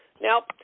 Now